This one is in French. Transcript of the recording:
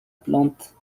plante